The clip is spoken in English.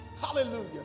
hallelujah